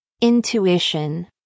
Intuition